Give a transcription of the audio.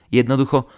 Jednoducho